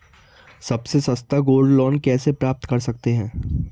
सबसे सस्ता gold loan कैसे प्राप्त कर सकते हैं?